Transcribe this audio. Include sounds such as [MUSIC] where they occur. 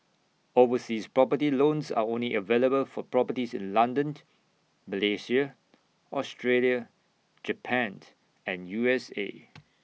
overseas property loans are only available for properties in London [NOISE] Malaysia Australia Japan [NOISE] and U S A